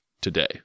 today